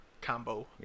combo